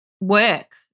work